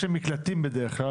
יש להם מקלטים בדרך כלל,